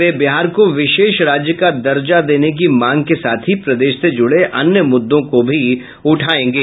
वे बिहार को विशेष राज्य का दर्जा देने की मांग के साथ ही प्रदेश से जुड़े अन्य मुद्दों को भी उठायेंगे